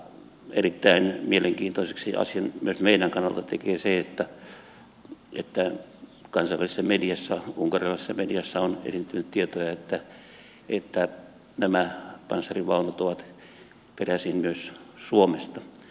erittäin mielenkiintoiseksi asian myös meidän kannaltamme tekee se että kansainvälisessä mediassa unkarilaisessa mediassa on esiintynyt tietoja että nämä panssarivaunut ovat peräisin myös suomesta